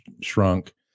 shrunk